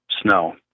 snow